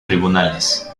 tribunales